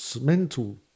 mental